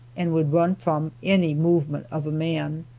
and would run from any movement of a man.